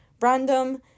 random